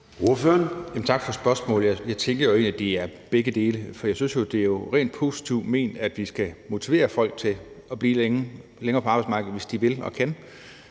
Tak for spørgsmålet. Jeg tænker jo egentlig, at det er begge dele. For jeg synes jo, det er rent positivt ment, at vi skal motivere folk til at blive længere på arbejdsmarkedet, hvis de vil og kan,